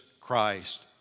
Christ